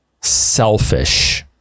selfish